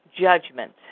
Judgment